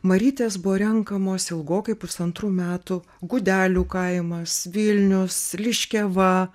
marytės buvo renkamos ilgokai pusantrų metų gudelių kaimas vilnius liškiava